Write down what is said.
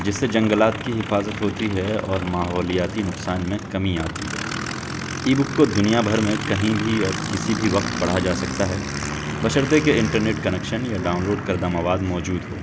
جس سے جنگلات کی حفاظت ہوتی ہے اور ماحولیاتی نقصان میں کمی آتی ہے ای بک کو دنیا بھر میں کہیں بھی اور کسی بھی وقت پڑھا جا سکتا ہے بشرطیکہ انٹرنیٹ کنیکشن یا ڈاؤنلوڈ کردہ مواد موجود ہو